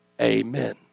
Amen